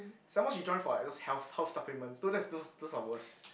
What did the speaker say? some more she join for like those health health supplements so that those those are worst